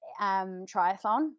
triathlon